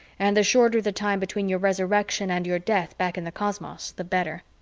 and the shorter the time between your resurrection and your death back in the cosmos, the better.